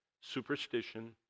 superstition